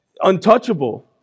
Untouchable